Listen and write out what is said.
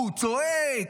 הוא צועק.